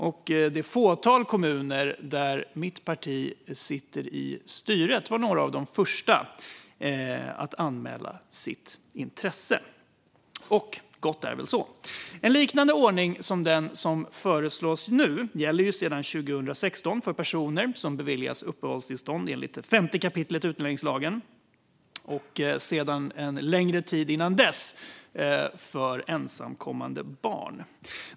Och de få kommuner där mitt parti sitter i styret var några av de första att anmäla sitt intresse. Det är väl gott så. En liknande ordning som den som nu föreslås gäller sedan 2016 för personer som beviljas uppehållstillstånd enligt 5 kap. utlänningslagen och sedan en längre tid innan dess för ensamkommande barn.